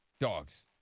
Dogs